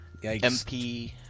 MP